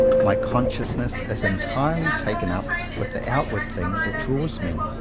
my consciousness is entirely taken up with the outward thing that draws me.